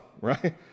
right